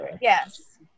yes